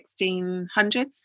1600s